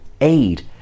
aid